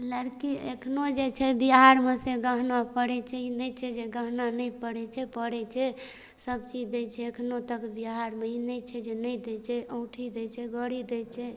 लड़की एखनो जे छै बिहारमे से गहना पहिरय छै ई नहि छै जे गहना नहि पड़य छै पड़य छै सबचीज दै छै एखनो तक बिहारमे ई नहि छै जे नहि दै छै औँठी दै छै घड़ी दै छै